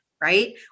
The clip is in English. Right